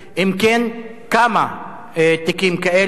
3. אם כן, כמה תיקים כאלה?